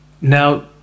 now